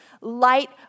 light